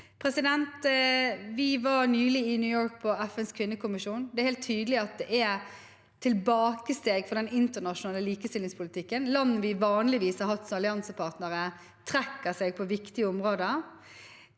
rettigheter. Vi var nylig i New York på FNs kvinnekommisjon. Det er helt tydelig at det er et tilbakesteg for den internasjonale likestillingspolitikken. Land vi vanligvis har hatt som alliansepartnere, trekker seg på viktige områder.